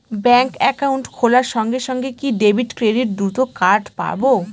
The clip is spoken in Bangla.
ব্যাংক অ্যাকাউন্ট খোলার সঙ্গে সঙ্গে কি ডেবিট ক্রেডিট দুটো কার্ড পাবো?